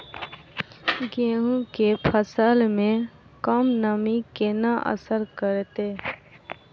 गेंहूँ केँ फसल मे कम नमी केना असर करतै?